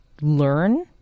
learn